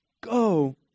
Go